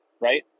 Right